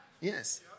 Yes